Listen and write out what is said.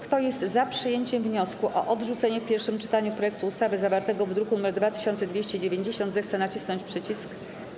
Kto jest za przyjęciem wniosku o odrzucenie w pierwszym czytaniu projektu ustawy zawartego w druku nr 2290, zechce nacisnąć przycisk.